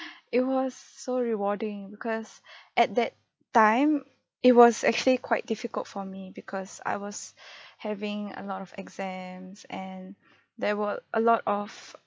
it was so rewarding because at that time it was actually quite difficult for me because I was having a lot of exams and there were a lot of